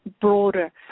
broader